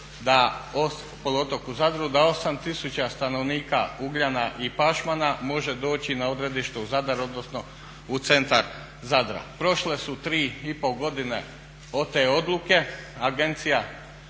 da 8 tisuća stanovnika Ugljana i Pašmana može doći na odredište u Zadar odnosno u centar Zadra. Prošle su 3,5 godine od te odluke, Agencija